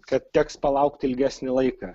kad teks palaukt ilgesnį laiką